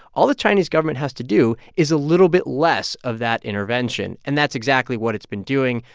all the chinese government has to do is a little bit less of that intervention. and that's exactly what it's been doing.